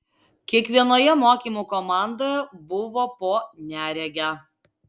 kiekvienoje mokymų komandoje buvo po neregę